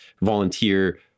volunteer